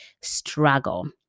struggle